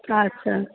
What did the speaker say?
আচ্ছা